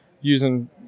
using